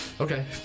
Okay